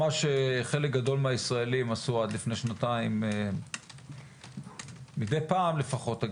מה שחלק גדול מהישראלים עשו עד לפני שנתיים מדי פעם לפחות.